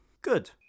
Good